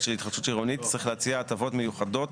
של התחדשות עירונית צריך להציע הטבות מיוחדות.